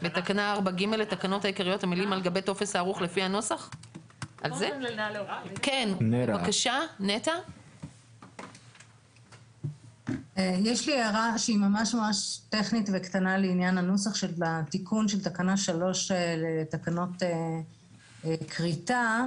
לתקנות כריתה,